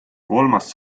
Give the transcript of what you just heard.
kolmas